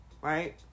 right